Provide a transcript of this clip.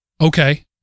Okay